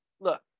look